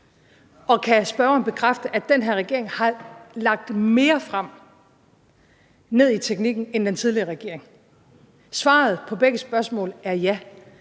Og kan spørgeren bekræfte, at den her regering har lagt mere frem ned i teknikken end den tidligere regering? Svaret på begge spørgsmål er ja.